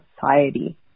society